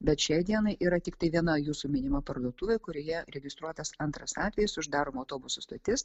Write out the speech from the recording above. bet šiai dienai yra tiktai viena jūsų minima parduotuvė kurioje registruotas antras atvejis uždaroma autobusų stotis